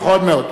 נכון מאוד.